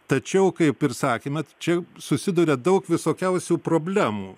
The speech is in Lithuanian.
tačiau kaip ir sakėt čia susiduria daug visokiausių problemų